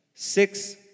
six